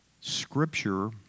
Scripture